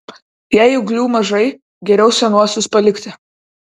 jei ūglių mažai geriau senuosius palikti